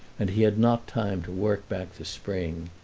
and he had not time to work back the spring.